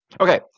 Okay